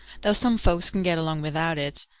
though some folks can get along without it.